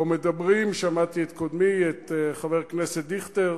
פה מדברים, שמעתי את קודמי, את חבר הכנסת דיכטר.